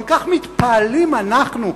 כל כך מתפעלים אנחנו,